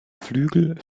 flügel